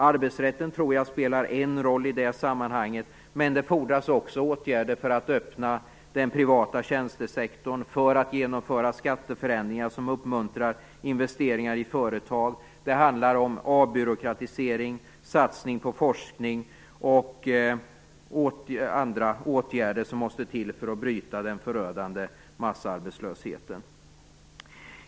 Arbetsrätten tror jag spelar en roll i det sammanhanget, men det fordras också åtgärder för att öppna den privata tjänstesektorn och för att genomföra skatteförändringar som uppmuntrar investeringar i företag. Det handlar om avbyråkratisering, satsning på forskning och andra åtgärder som måste till för att bryta den förödande massarbetslösheten.